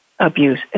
Abuse